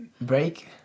Break